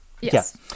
Yes